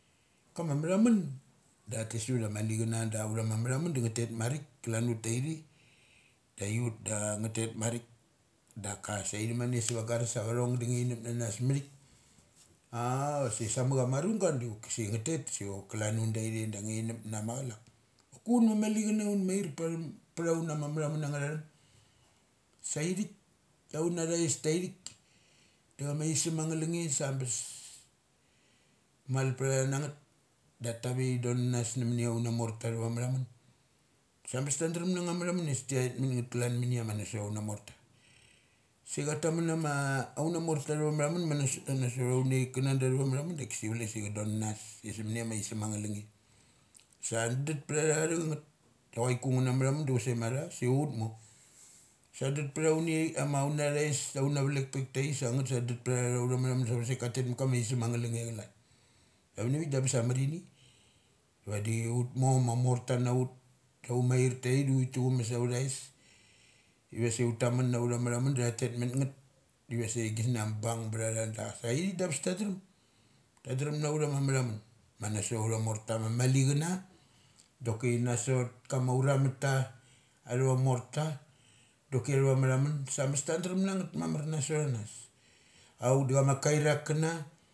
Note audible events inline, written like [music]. Kama matha mun da tes ut ia mali chana da utha ma mathamun da ut tet marik klan ut taithe. Da aiut da ut tet marik. Daka sa ithi mane sa va garas da chathong da nga thi thuk nanas mathik. A [hesitation] vase sa muk ia marung ga di ki sai nga tet so chok klan ut tai te da un nupna macha lak. Oki un ma mali chana un mair pathum pthaun na matha mun angnga thung. Sa ithik da una thais tgithik da cha ma aisem ang nga lungne sang abes malptha tha nangeth. Da tave thi don nanas na muni aunama morta athava mathamun. Sa bes ta drem na nga matha mun ia sik tait ma nget klan mania na sot auna amorta. Sa ca taman na ma auna morta athava mathamun ma nasot aunichaik kana atha va matha mun dakisi chule si tha don nanas se sum munigaisem angna lunge. Sa duth ptha tha tha changeth. Do chu ai ku ngo na matha mun da chusek matha su ut mor. Sa dat pthaunichaik ama una thais, dauna vek peik taik sa ithik sa dat ptha na utha matha mun sa chusek ka tet maka ma aisem angnga unge chalan. Avanivik da ambes ia amar ini. Vadi utmor ma morta naur aumain taithik da uthi tuchumes authais. Ivase ut tam mun nau tha matha mun da tha tet man ngeth divasa gisnia bung btha tha dasa ithik da abes tadrem ta drem na utha ma mathamun ma na sot authamoria ma mali chana, doki nasot kama auramut ta atha va morta. Doki athava matha mun sa ambes tan drem na ngeth marmar nasot anas. Auk da cha ma kairak kana.